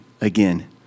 again